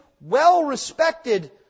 well-respected